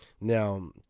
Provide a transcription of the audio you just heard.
now